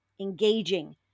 engaging